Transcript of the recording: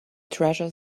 treasure